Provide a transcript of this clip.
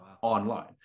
online